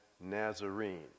Nazarene